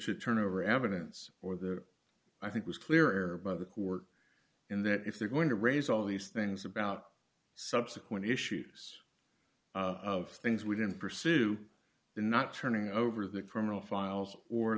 to turn over evidence or that i think was clear error by the court in that if they're going to raise all these things about subsequent issues of things we didn't pursue in not turning over the criminal files or